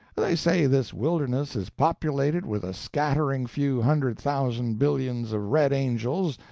they say this wilderness is populated with a scattering few hundred thousand billions of red angels,